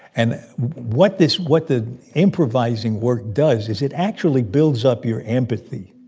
and what this what the improvising work does is it actually builds up your empathy.